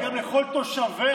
גם לכל תושביה.